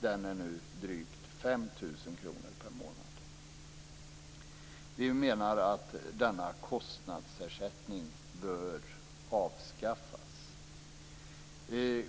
Den är nu drygt 5 000 kr per månad. Vi menar att denna kostnadsersättning bör avskaffas.